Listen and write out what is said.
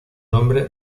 nombre